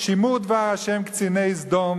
"שמעו דבר ה' קציני סדום,